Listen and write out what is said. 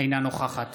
אינה נוכחת